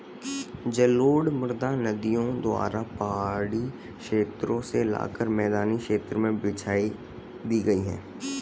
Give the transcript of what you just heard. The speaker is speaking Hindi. जलोढ़ मृदा नदियों द्वारा पहाड़ी क्षेत्रो से लाकर मैदानी क्षेत्र में बिछा दी गयी है